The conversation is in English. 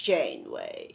Janeway